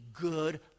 good